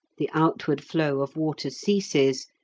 the outward flow of water ceases,